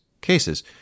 cases